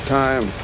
time